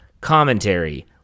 commentary